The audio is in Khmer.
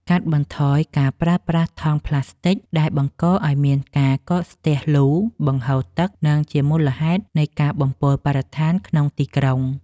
កាត់បន្ថយការប្រើប្រាស់ថង់ផ្លាស្ទិកដែលបង្កឱ្យមានការកកស្ទះលូបង្ហូរទឹក និង ជាមូលហេតុនៃការបំពុលបរិស្ថានក្នុងទីក្រុង។